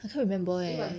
I can't remember eh